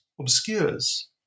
obscures